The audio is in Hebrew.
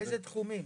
באיזה תחומים?